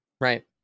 Right